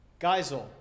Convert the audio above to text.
Geisel